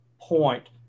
point